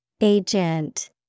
Agent